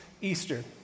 Easter